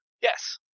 Yes